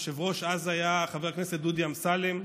היושב-ראש אז היה חבר הכנסת דודי אמסלם,